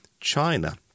China